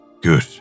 Good